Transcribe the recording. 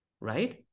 right